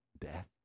death